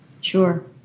Sure